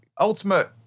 ultimate